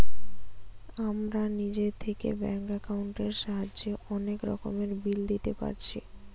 আমরা নিজে থিকে ব্যাঙ্ক একাউন্টের সাহায্যে অনেক রকমের বিল দিতে পারছি